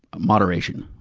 moderation.